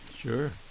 Sure